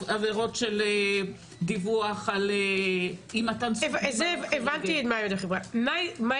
עבירות של דיווח על אי מתן זכות קדימה מה האתגרים?